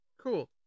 cool